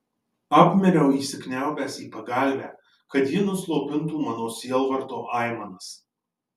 apmiriau įsikniaubęs į pagalvę kad ji nuslopintų mano sielvarto aimanas